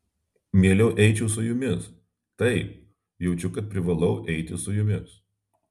mieliau eičiau su jumis taip jaučiu kad privalau eiti su jumis